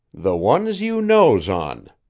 the ones you knows on,